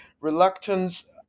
reluctance